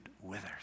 withers